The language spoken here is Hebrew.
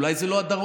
אולי זה לא הדרום.